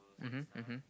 mmhmm mmhmm